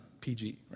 PG